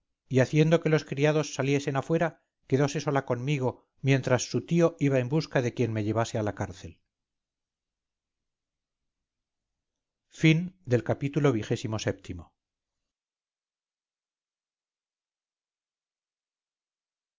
y haciendo que los criados saliesen afuera quedose sola conmigo mientras su tío iba en busca de quien me llevase a la cárcel ii